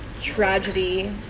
tragedy